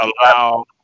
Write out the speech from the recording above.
allow